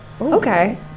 Okay